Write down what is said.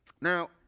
Now